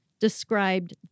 described